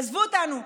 עזבו אותנו.